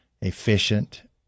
efficient